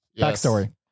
backstory